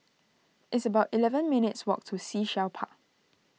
it's about eleven minutes' walk to Sea Shell Park